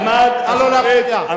אמר, נא לא להפריע.